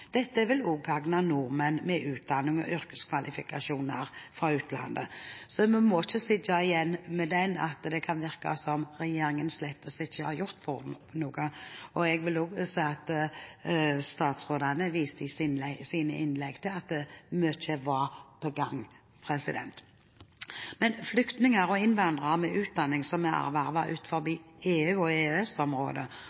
Dette vil også gagne nordmenn med utdanning og yrkeskvalifikasjoner fra utlandet. Så vi må ikke sitte igjen med at det kan virke som regjeringen slettes ikke har gjort noe. Jeg vil også si at statsrådene viste i sine innlegg at mye er på gang. Flyktninger og innvandrere med utdanning som er